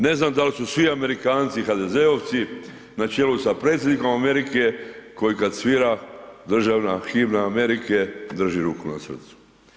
Ne znam da li su svi Amerikanci HDZ-ovci na čelu sa predsjednikom Amerike koji kada svira državna himna Amerike drži ruku na srcu.